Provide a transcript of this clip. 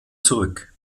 zurück